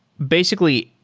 basically,